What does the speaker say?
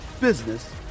business